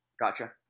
Gotcha